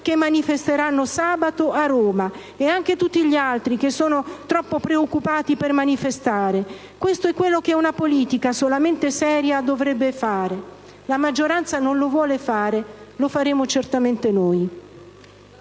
che manifesteranno sabato a Roma e anche tutti gli altri che sono troppo preoccupati per manifestare; questo è quello che una politica solamente seria dovrebbe fare. La maggioranza non lo vuole fare. Lo faremo certamente noi.